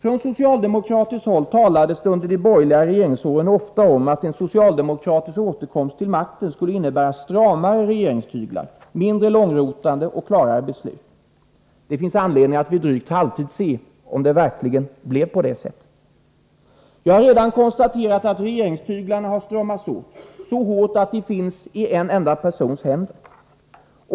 Från socialdemokratiskt håll talades det under de borgerliga regeringsåren ofta om att en socialdemokratisk återkomst till makten skulle innebära stramare regeringstyglar, mindre långrotande och klarare beslut. Det finns anledning att vid drygt halvtid se om det verkligen blev så. Jag har redan konstaterat att regeringstyglarna har stramats åt, så hårt att de finns i en enda persons händer.